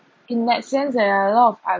in that sense there are a lot of